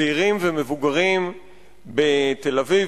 צעירים ומבוגרים בתל-אביב,